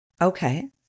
okay